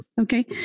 Okay